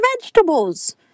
vegetables